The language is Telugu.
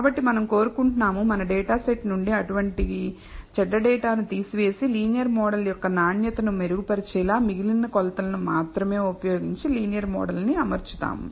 కాబట్టి మనం కోరుకుంటున్నాము మన డేటా సెట్ నుండి అటువంటి చెడ్డ డేటాను తీసివేసి లీనియర్ మోడల్ యొక్క నాణ్యతను మెరుగు పరిచేలా మిగిలిన కొలతలను మాత్రమే ఉపయోగించి లీనియర్ మోడల్ ను అమర్చుతాము